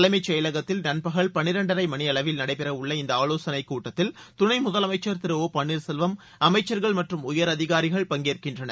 தலைமைசெயலகத்தில் நண்பகல் பனிரெண்டரை மணியளவில் நடைபெற உள்ள இந்த ஆலோசனைக் கூட்டத்தில் துணை முதலமைச்சர் திரு ஒ பன்னர்செல்வம் அமைச்சர்கள் மற்றம் உயர் அதிகாரிகள் பங்கேற்கின்றனர்